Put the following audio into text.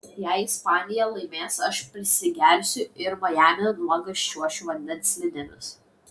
jei ispanija laimės aš prisigersiu ir majamyje nuogas čiuošiu vandens slidėmis